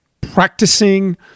practicing